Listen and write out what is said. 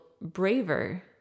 braver